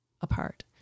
apart